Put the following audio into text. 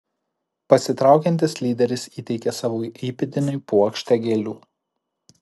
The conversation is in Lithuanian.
pasitraukiantis lyderis įteikė savo įpėdiniui puokštę gėlių